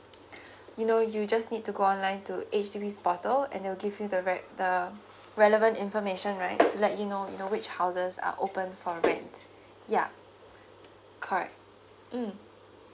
you know you just need to go online to H_D_B portal and they'll give you the right the relevant information right to let you know you know which houses are open for rent yeah correct mm